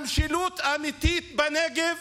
המשילות האמיתית בנגב